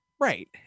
Right